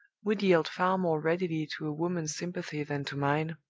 would yield far more readily to a woman's sympathy than to mine